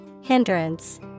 Hindrance